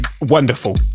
Wonderful